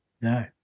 No